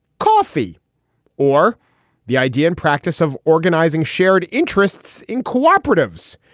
coffee or the idea and practice of organizing shared interests in cooperatives,